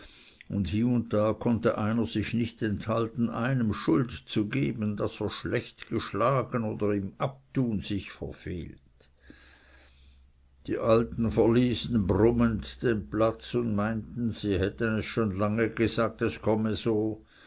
und hie und da einer konnte sich nicht enthalten einem schuld zu geben daß er schlecht geschlagen oder im abtun sich verfehlt die alten verließen brummend den platz und meinten sie hätten es schon lange gesagt es komme so